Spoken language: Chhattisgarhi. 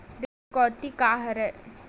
ऋण चुकौती का हरय?